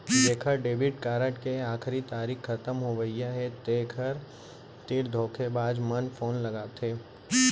जेखर debit card के आखरी तारीख खतम होवइया हे तेखर तीर धोखेबाज मन फोन लगाथे